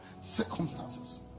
Circumstances